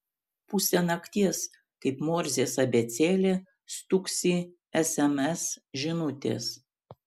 pusę nakties kaip morzės abėcėlė stuksi sms žinutės